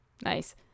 Nice